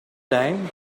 dime